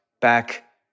back